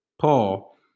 Paul